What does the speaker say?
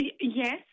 yes